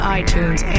iTunes